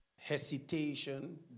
hesitation